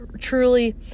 truly